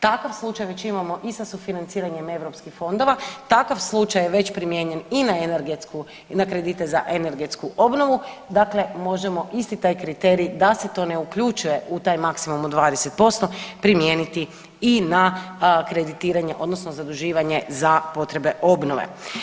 Takav slučaj već imamo i sa sufinanciranjem europskih fondova, takav slučaj je već primijenjen i na energetsku, i na kredite za energetsku obnovu, dakle možemo isti taj kriterij da se to ne uključuje u taj maksimalno 20% primijeniti i na kreditiranje odnosno zaduživanje za potrebe obnove.